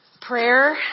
prayer